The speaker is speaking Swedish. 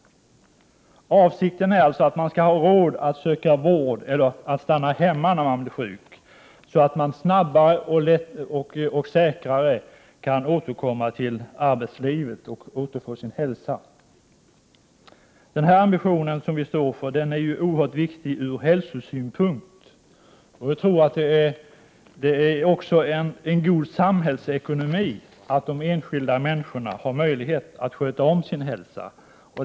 Avsikten är alltså att man skall ha råd att söka vård eller stanna hemma när man blir sjuk, så att man snabbare och säkrare kan återfå sin hälsa och återkomma till arbetslivet. Denna ambition som vi står för är oerhört viktig ur hälsosynpunkt. Vi tror att det också är god samhällsekonomi att de enskilda människorna har möjlighet att sköta sin hälsa.